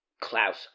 Klaus